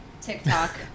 TikTok